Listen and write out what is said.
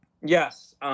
Yes